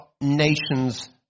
nations